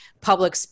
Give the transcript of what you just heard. public